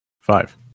Five